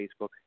Facebook